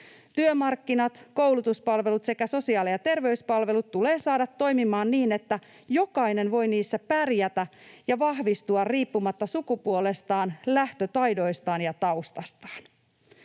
Työmarkkinat, koulutuspalvelut sekä sosiaali- ja terveyspalvelut tulee saada toimimaan niin, että jokainen voi niissä pärjätä ja vahvistua riippumatta sukupuolestaan, lähtötaidoistaan ja taustastaan.